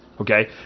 Okay